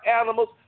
animals